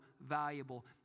valuable